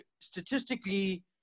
Statistically